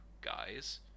guys